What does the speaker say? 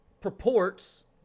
purports